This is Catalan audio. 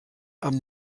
amb